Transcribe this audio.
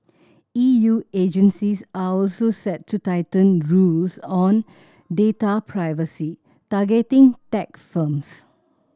E U agencies are also set to tighten rules on data privacy targeting tech firms